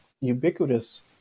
ubiquitous